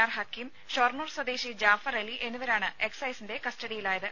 R Hakkim Shoranur സ്വദേശി ജാഫർ അലി എന്നിവരാണ് എക്സൈസിന്റെ കസ്റ്റഡിയിലായത്